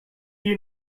you